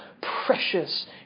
precious